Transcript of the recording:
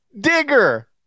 Digger